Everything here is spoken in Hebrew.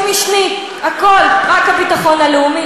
בהתאם להוראות החוק האמורות,